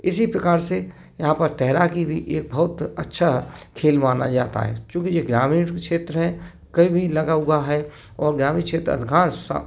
इसी प्रकार से यहाँ पर तैराकी भी एक बहुत अच्छा खेल माना जाता है चूँकि ये ग्रामीण क्षेत्र है कहीं भी लगा हुआ है और ग्रामीण क्षेत्र अधिकांश